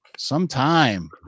sometime